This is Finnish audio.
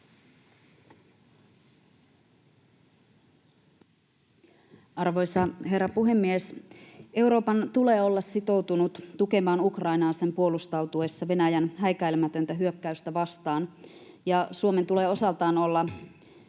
Arvoisa herra puhemies! Euroopan tulee olla sitoutunut tukemaan Ukrainaa sen puolustautuessa Venäjän häikäilemätöntä hyökkäystä vastaan, ja Suomen tulee osaltaan olla